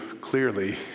clearly